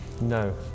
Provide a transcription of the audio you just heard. No